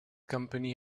company